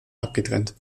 abgetrennt